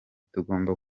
tugomba